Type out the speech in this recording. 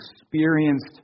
experienced